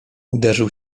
uderzył